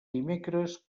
dimecres